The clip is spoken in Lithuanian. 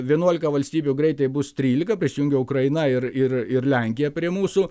vienuolika valstybių greitai bus trylika prisijungia ukraina ir ir ir lenkija prie mūsų